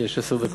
יש עשר דקות.